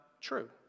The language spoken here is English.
true